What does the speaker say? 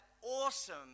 awesome